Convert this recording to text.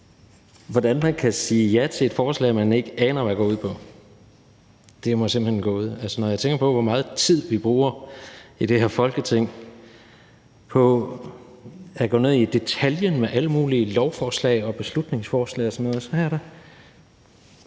hvordan man kan sige ja til et forslag, man ikke aner hvad går ud på. Altså, jeg tænker på, hvor meget tid vi bruger i det her Folketing på at gå ned i detaljen med alle mulige lovforslag og beslutningsforslag og sådan noget.